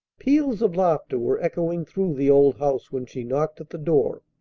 peals of laughter were echoing through the old house when she knocked at the door,